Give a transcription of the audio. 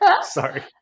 sorry